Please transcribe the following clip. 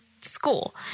school